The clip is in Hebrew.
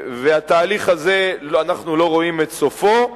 והתהליך הזה, אנחנו לא רואים את סופו.